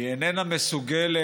היא איננה מסוגלת